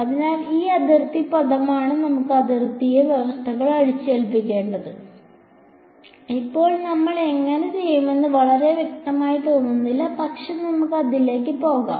അതിനാൽ ആ അതിർത്തി പദമാണ് നമുക്ക് അതിർത്തി വ്യവസ്ഥകൾ അടിച്ചേൽപ്പിക്കേണ്ടത് ഇപ്പോൾ നമ്മൾ എങ്ങനെ ചെയ്യുമെന്ന് വളരെ വ്യക്തമായി തോന്നുന്നില്ല പക്ഷേ നമുക്ക് അതിലേക്ക് പോകാം